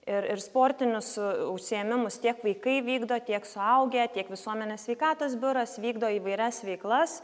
ir ir sportinius užsiėmimus tiek vaikai vykdo tiek suaugę tiek visuomenės sveikatos biuras vykdo įvairias veiklas